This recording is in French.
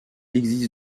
existe